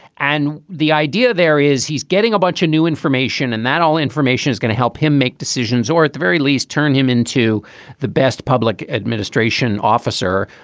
and the idea there is he's getting a bunch of new information and that all information is going to help him make decisions or at the very least, turn him into the best public administration officer,